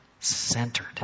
centered